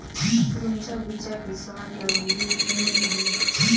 गुनजा बिजा किसान ल मिलही की नी मिलही?